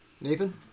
Nathan